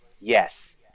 Yes